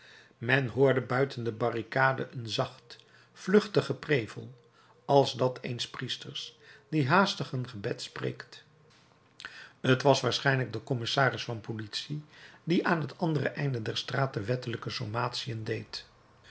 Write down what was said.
men hoorde buiten de barricade een zacht vluchtig geprevel als dat eens priesters die haastig een gebed spreekt t was waarschijnlijk de commissaris van politie die aan t andere einde der straat de wettelijke sommatiën deed